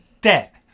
debt